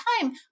time